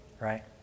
Right